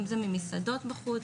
אם זה במסעדות בחוץ,